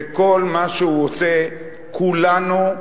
וכל מה שהוא עושה, כולנו,